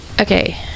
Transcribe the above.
Okay